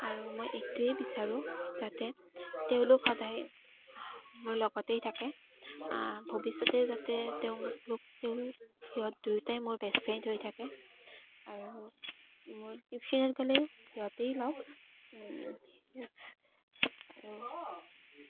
আৰু মই এইটোৱেই বিচাৰোঁ যাতে তেওঁলোক সদায় মোৰ লগতেই থাকে ভৱিষ্যতে যাতে তেওঁলোক তেওঁ সিহঁত দুয়োটাই মোৰ বেষ্ট ফ্ৰেণ্ড হৈ থাকে আৰু মোৰ টিউচনত গ'লেও সিহঁতেই লগ আৰু